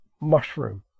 mushroom